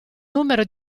numero